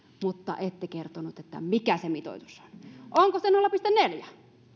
mutta ette kertonut että mikä se mitoitus on onko se nolla pilkku neljä